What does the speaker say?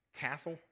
castle